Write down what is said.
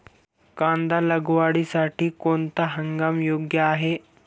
कांदा लागवडीसाठी कोणता हंगाम योग्य आहे?